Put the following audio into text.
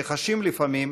שחשים לפעמים